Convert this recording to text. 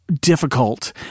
difficult